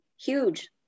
huge